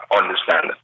understand